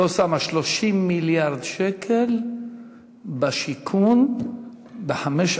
לא שמה 30 מיליארד שקל בשיכון בחמש,